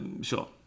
Sure